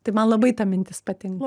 tai man labai ta mintis patin